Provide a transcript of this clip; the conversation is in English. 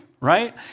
Right